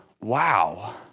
Wow